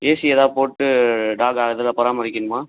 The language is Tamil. ஏசி ஏதாவது போட்டு டாக்கை அதில் பராமரிக்கணுமா